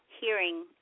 hearing